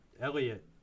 elliot